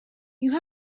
you